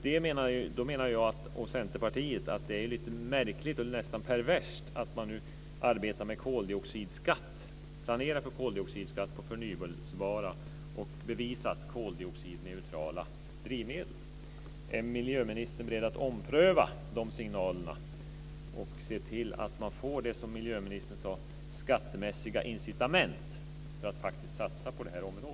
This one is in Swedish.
Då menar jag och Centerpartiet att det är lite märkligt och nästan perverst att man nu arbetar med koldioxidskatt, att man planerar för koldioxidskatt på förnyelsebara och bevisat koldioxidneutrala drivmedel. Är miljöministern beredd att ompröva de signalerna och se till att man får det, som miljöministern sade, skattemässiga incitament för att faktiskt satsa på det här området?